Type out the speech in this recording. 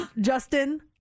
Justin